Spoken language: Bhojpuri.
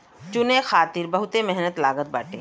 चुने खातिर बहुते मेहनत लागत बाटे